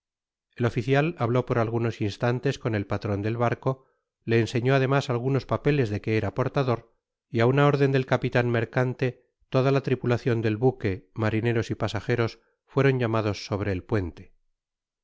el oficial habló por algunos instantes con el patron del barco le enseñó además algunos papeles de que era portador y á una órden del capitan mercante toda la tripulacion del buque marineros y pasajeros fueron llamados sobre el puente